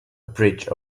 bridge